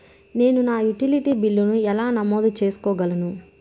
నేను నా యుటిలిటీ బిల్లులను ఎలా నమోదు చేసుకోగలను?